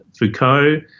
Foucault